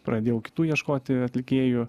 pradėjau kitų ieškoti atlikėjų